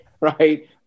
right